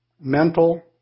mental